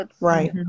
right